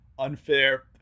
unfair